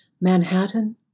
Manhattan